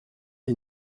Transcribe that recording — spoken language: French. est